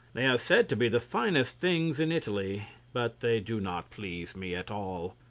they are said to be the finest things in italy, but they do not please me at all.